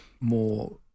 more